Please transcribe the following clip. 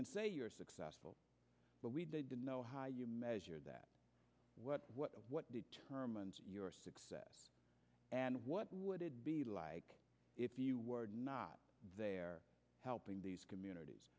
can say you're successful but we didn't know how you measure that what determines your success and what would it be like if you were not there helping these communities